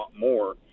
more